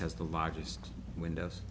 has the largest windows